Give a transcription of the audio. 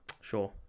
Sure